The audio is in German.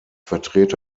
vertrete